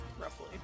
roughly